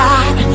God